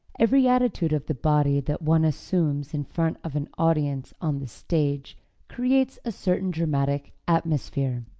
every attitude of the body that one assumes in front of an audience on the stage creates a certain dramatic atmosphere.